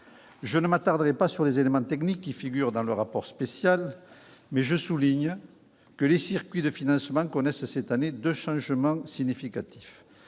Je ne m'attarderai pas sur les éléments techniques qui figurent dans le rapport spécial, mais je souligne que les circuits de financement connaissent cette année deux changements significatifs